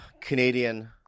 Canadian